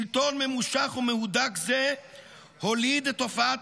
"שלטון ממושך ומהודק זה הוליד את תופעת